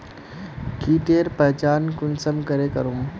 कीटेर पहचान कुंसम करे करूम?